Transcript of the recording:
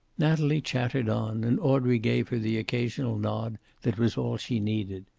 natalie chattered on, and audrey gave her the occasional nod that was all she needed.